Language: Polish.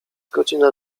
godzina